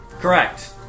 Correct